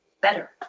better